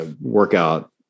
workout